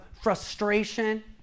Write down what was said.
frustration